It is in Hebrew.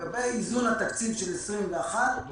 אני חושב שבבניין הזה אין אדם אחד שלא קיבל